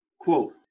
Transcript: quote